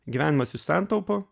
gyvenimas iš santaupų